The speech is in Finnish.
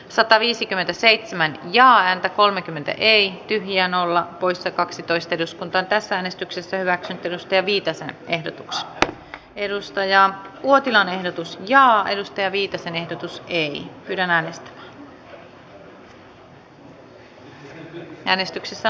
sataviisikymmentäseitsemän jaa ääntä kolmekymmentä ei jää nolla poissa kaksitoista keys on tässä äänestyksessä hyväksytty nosteviitasen ehdotuksesta edustaja on uotilan ehdotus ja hajusteviitasen ehdotus ei äänestysjärjestys hyväksyttiin